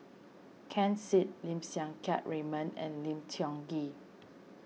Ken Seet Lim Siang Keat Raymond and Lim Tiong Ghee